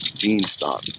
beanstalk